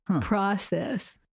process